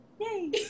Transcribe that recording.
Yay